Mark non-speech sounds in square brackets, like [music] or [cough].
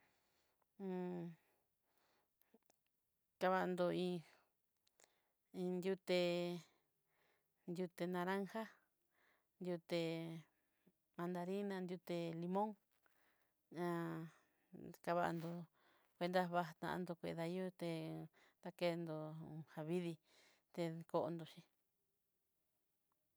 [hesitation] tevandó in iin yuté yuté naranja, yuté mandarina, yuté limón, [hesitation] kabandó cuenta batandó nkidá yuté ta kendó javidii té kondó xhíi.